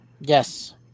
Yes